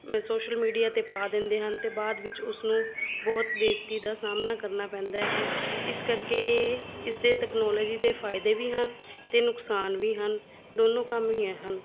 social media 'ਤੇ ਪਾ ਦਿੰਦੇ ਹਨ ਅਤੇ ਬਾਅਦ ਵਿੱਚ ਉਸਨੂੰ ਬਹੁਤ ਬੇਇੱਜ਼ਤੀ ਦਾ ਸਾਹਮਣਾ ਕਰਨਾ ਪੈਂਦਾ ਹੈ ਇਸ ਕਰਕੇ ਇਹ ਇਸਦੇ ਟੈਕਨੋਲੋਜੀ ਦੇ ਫ਼ਾਇਦੇ ਵੀ ਹਨ ਅਤੇ ਨੁਕਸਾਨ ਵੀ ਹਨ ਦੋਨੋਂ ਕੰਮ ਹੀ ਹਨ